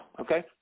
Okay